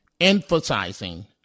emphasizing